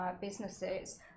businesses